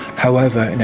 however,